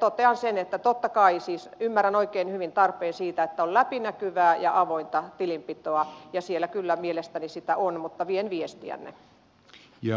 totean sen että totta kai ymmärrän oikein hyvin tarpeen siitä että on läpinäkyvää ja avointa tilinpitoa ja siellä kyllä mielestäni sitä on mutta vien viestiänne